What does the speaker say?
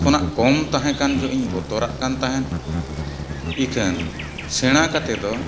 ᱠᱷᱚᱱᱟᱜ ᱠᱚᱢ ᱛᱟᱦᱮᱸ ᱠᱟᱱ ᱡᱚᱦᱚᱜ ᱤᱧ ᱵᱚᱛᱚᱨᱟᱜ ᱠᱟᱱ ᱛᱟᱦᱮᱸᱫ ᱤᱠᱷᱟᱹᱱ ᱥᱮᱬᱟ ᱠᱟᱛᱮ ᱫᱚ